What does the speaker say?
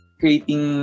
creating